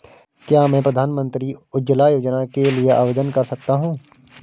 क्या मैं प्रधानमंत्री उज्ज्वला योजना के लिए आवेदन कर सकता हूँ?